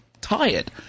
tired